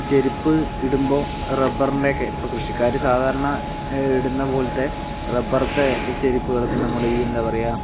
ചെരുപ്പ് ഇടുമ്പോൾ റബ്ബറിൻ്റെ ഒക്കെ ഇപ്പോൾ കൃഷിക്കാർ സാധാരണ ഇടുന്ന പോലത്തെ റബ്ബറിത്തെ ചെരുപ്പുകൾ ഇപ്പോൾ നമ്മൾ ഈ എന്താ പറയുക